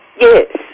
Yes